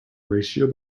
ratio